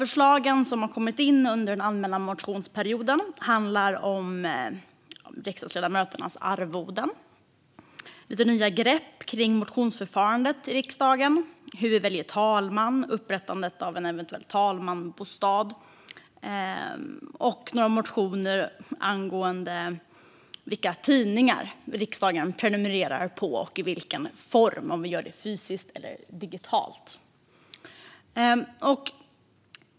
Förslagen som har kommit in under allmänna motionsperioden handlar i stället om sådant som riksdagsledamöternas arvoden, lite nya grepp kring motionsförfarandet i riksdagen, hur vi väljer talman och upprättandet av en eventuell talmansbostad. Det är även några motioner angående vilka tidningar riksdagen prenumererar på samt i vilken form, det vill säga om vi gör det fysiskt eller digitalt.